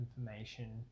information